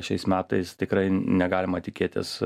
šiais metais tikrai negalima tikėtis